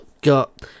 Got